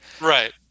Right